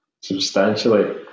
substantially